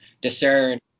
discern